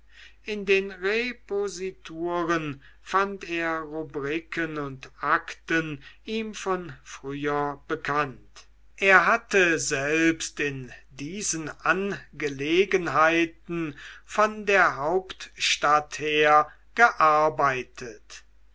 in den reposituren fand er rubriken und akten ihm früher bekannt er hatte selbst in diesen angelegenheiten von der hauptstadt her gearbeitet